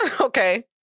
okay